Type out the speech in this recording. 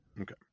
Okay